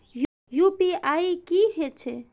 UPI की हेछे?